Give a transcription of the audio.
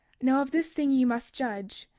now of this thing ye must judge.